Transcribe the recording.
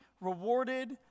rewarded